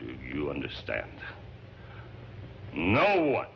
you understand what